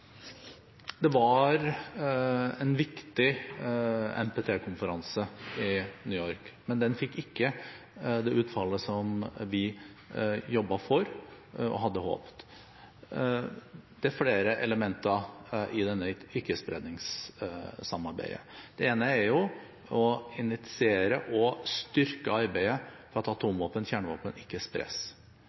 Det var en viktig NPT-konferanse i New York, men den fikk ikke det utfallet som vi jobbet for, og som vi håpet på. Det er flere elementer i dette ikkespredningssamarbeidet. Det ene er å initiere og styrke arbeidet for at atomvåpen og kjernevåpen ikke spres.